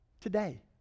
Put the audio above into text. Today